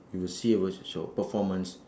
you will see a very s~ short performance